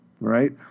right